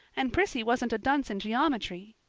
and prissy wasn't a dunce in geometry.